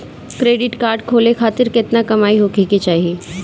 Credit card खोले खातिर केतना कमाई होखे के चाही?